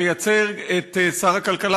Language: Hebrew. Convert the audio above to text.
לייצג את שר הכלכלה,